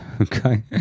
Okay